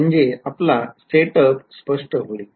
म्हणजे सेटअप स्पष्ट होईल